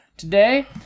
today